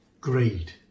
greed